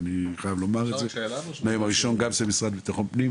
מהיום הראשון יש לומר,